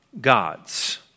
gods